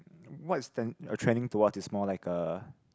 what is ten~ uh trending towards is more like a